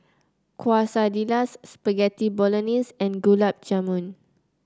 Quesadillas Spaghetti Bolognese and Gulab Jamun